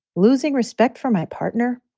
losing respect for my partner.